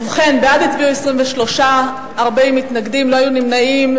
ובכן, בעד הצביעו 23, 40 מתנגדים, לא היו נמנעים.